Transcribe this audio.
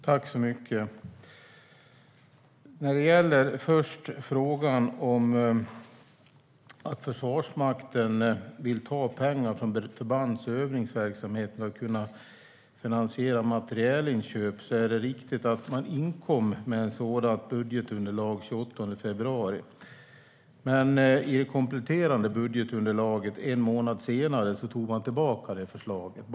Fru talman! När det gäller frågan om att Försvarsmakten vill ta pengar från förbands och övningsverksamhet till att kunna finansiera materielinköp är det riktigt att man inkom med ett sådant budgetunderlag den 28 februari. Men i det kompletterande budgetunderlaget, som kom en månad senare, tog man tillbaka det förslaget.